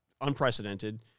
unprecedented